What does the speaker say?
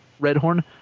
Redhorn